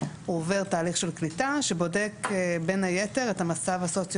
הוא עובר תהליך של קליטה שבודק בין היתר את המצב הסוציו